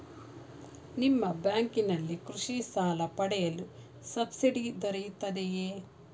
ನಿಮ್ಮ ಬ್ಯಾಂಕಿನಲ್ಲಿ ಕೃಷಿ ಸಾಲ ಪಡೆಯಲು ಸಬ್ಸಿಡಿ ದೊರೆಯುತ್ತದೆಯೇ?